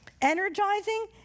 energizing